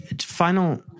final